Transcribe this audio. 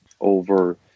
over